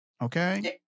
Okay